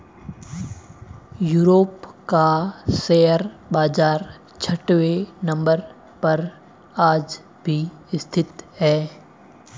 Europe का share बाजार छठवें नम्बर पर आज भी स्थित है